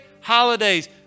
holidays